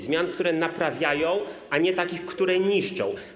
Zmian, które naprawiają, a nie takich, które niszczą.